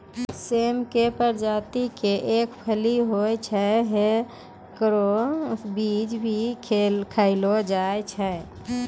सेम के प्रजाति के एक फली होय छै, हेकरो बीज भी खैलो जाय छै